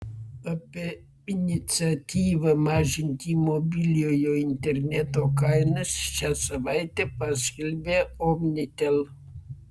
apie iniciatyvą mažinti mobiliojo interneto kainas šią savaitę paskelbė omnitel